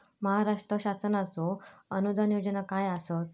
महाराष्ट्र शासनाचो अनुदान योजना काय आसत?